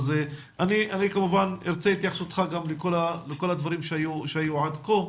אז אני כמובן ארצה התייחסותך גם לכל הדברים שהיו עד כה.